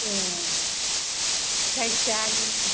ए जायखिजाया आंनि